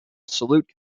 salute